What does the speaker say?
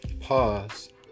pause